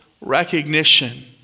recognition